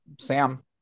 Sam